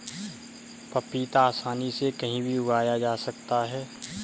पपीता आसानी से कहीं भी उगाया जा सकता है